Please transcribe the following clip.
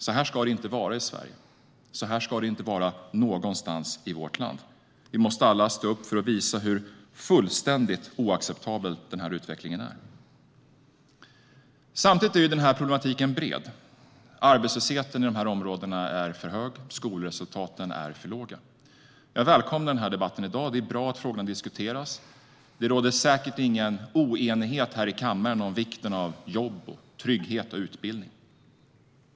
Så här ska det inte vara i Sverige. Så ska det inte vara någonstans i vårt land. Vi måste alla stå upp för att visa hur fullständigt oacceptabel utvecklingen är. Samtidigt är problematiken bred. Arbetslösheten i de här områdena är för hög. Skolresultaten är för låga. Jag välkomnar debatten i dag. Det är bra att frågorna diskuteras. Det råder säkert ingen oenighet här i kammaren om vikten av jobb, trygghet och utbildning.